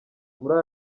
muri